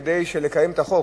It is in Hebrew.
כדי שנקיים את החוק,